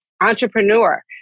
entrepreneur